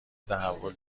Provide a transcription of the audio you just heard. تحول